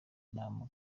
akanama